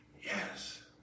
Yes